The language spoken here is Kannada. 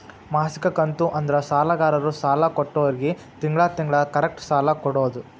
ಮಾಸಿಕ ಕಂತು ಅಂದ್ರ ಸಾಲಗಾರರು ಸಾಲ ಕೊಟ್ಟೋರ್ಗಿ ತಿಂಗಳ ತಿಂಗಳ ಕರೆಕ್ಟ್ ಸಾಲ ಕೊಡೋದ್